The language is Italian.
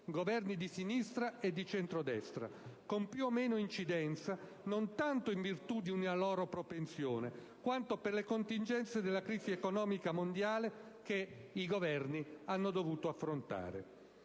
Governi di sinistra e di centro-destra, con più o meno incidenza non tanto in virtù di una loro propensione, quanto per le contingenze della crisi economica mondiale che essi hanno dovuto affrontare.